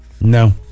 No